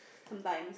sometimes